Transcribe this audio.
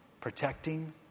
Protecting